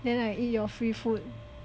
then I eat your free food